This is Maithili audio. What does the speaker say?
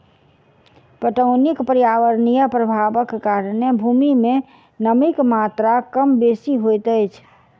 पटौनीक पर्यावरणीय प्रभावक कारणेँ भूमि मे नमीक मात्रा कम बेसी होइत अछि